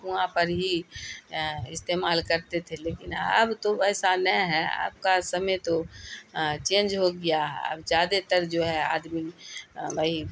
کنواں پر ہی استعمال کرتے تھے لیکن اب تو ویسا نہ ہے اب کا سمے تو چینج ہو گیا ہے اب زیادہ تر جو ہے آدمی وہی